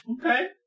Okay